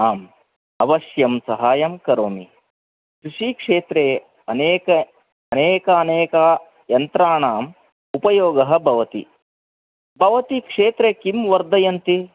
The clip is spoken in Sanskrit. आम् अवश्यं साहाय्यं करोमि कृषिक्षेत्रे अनेक अनेक अनेका यन्त्राणां उपयोगः भवति भवती क्षेत्रे किं वर्धयति